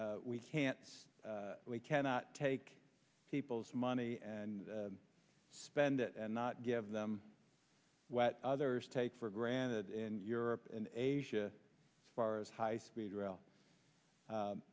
we can't we cannot take people's money and spend it and not give them what others take for granted in europe and asia far as high speed rail